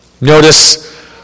Notice